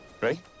Ready